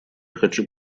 хочу